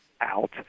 out